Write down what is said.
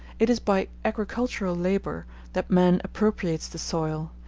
it is by agricultural labor that man appropriates the soil,